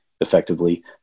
effectively